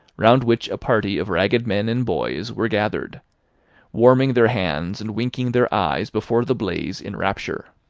round which a party of ragged men and boys were gathered warming their hands and winking their eyes before the blaze in rapture.